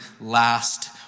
last